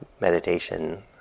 meditation